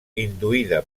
induïda